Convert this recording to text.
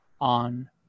on